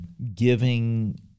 giving